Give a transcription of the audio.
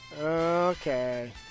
okay